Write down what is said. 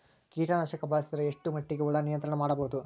ಕೀಟನಾಶಕ ಬಳಸಿದರ ಎಷ್ಟ ಮಟ್ಟಿಗೆ ಹುಳ ನಿಯಂತ್ರಣ ಮಾಡಬಹುದು?